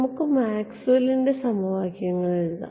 നമുക്ക് മാക്സ്വെല്ലിന്റെ സമവാക്യങ്ങൾ എഴുതാം